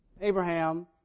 Abraham